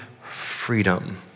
freedom